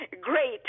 great